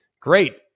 Great